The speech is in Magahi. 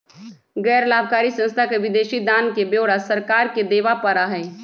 गैर लाभकारी संस्था के विदेशी दान के ब्यौरा सरकार के देवा पड़ा हई